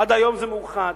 ועד היום זה מאוחד,